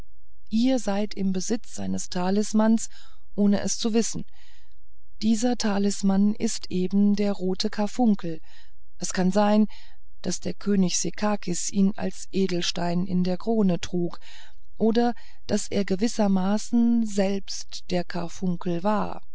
ihr seid im besitz eines talismans ohne es zu wissen dieser talisman ist eben der rote karfunkel es kann sein daß der könig sekakis ihn als edelstein in der krone trug oder daß er gewissermaßen selbst der karfunkel war